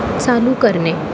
चालू करणे